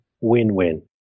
win-win